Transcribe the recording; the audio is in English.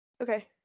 Okay